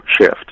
shift